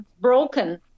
broken